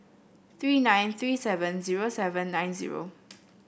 three nine three seven zero seven nine zero